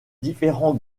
différents